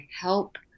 help